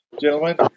Gentlemen